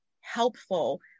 helpful